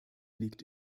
liegt